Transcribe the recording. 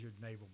naval